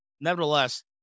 nevertheless